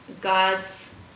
God's